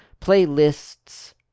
Playlists